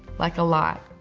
like a lot.